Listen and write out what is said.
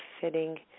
fitting